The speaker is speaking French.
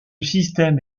système